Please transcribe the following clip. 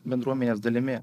bendruomenės dalimi